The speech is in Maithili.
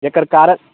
जेकर कारण